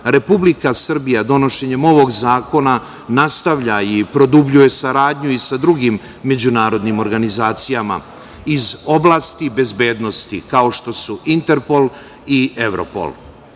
Republika Srbija donošenjem ovog zakona nastavlja i produbljuje saradnju i sa drugim međunarodnim organizacijama iz oblasti bezbednosti, kao što su Interpol i Evropol. Ovakva